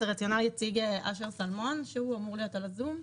את הרציונל יציג אשר סלמון שאמור להיות בזום.